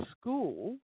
School